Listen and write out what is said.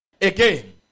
Again